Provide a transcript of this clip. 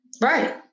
right